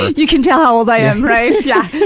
you can tell how old i am, right? yeah,